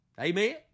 Amen